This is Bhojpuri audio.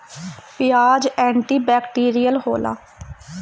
पियाज एंटी बैक्टीरियल होला